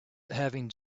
having